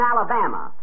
Alabama